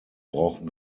brauchen